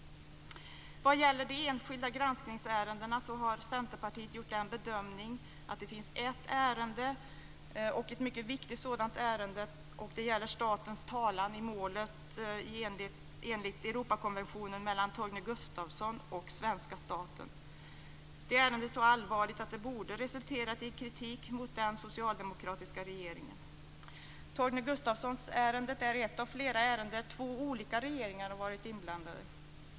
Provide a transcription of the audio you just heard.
Vad gäller de enskilda granskningsärendena har Centerpartiet gjort den bedömningen att det finns ett ärende som är mycket viktigt, nämligen statens talan i målet enligt Europakonventionen mellan Torgny Gustafsson och svenska staten. Det ärendet är så allvarligt att det borde ha resulterat i kritik riktat mot den socialdemokratiska regeringen. Torgny Gustafsson-ärendet är ett av flera ärenden där två olika regeringar har varit inblandade.